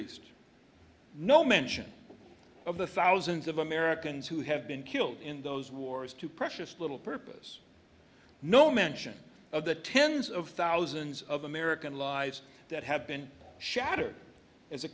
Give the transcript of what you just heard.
east no mention of the thousands of americans who have been killed in those wars too precious little purpose no mention of the tens of thousands of american lives that have been shattered as a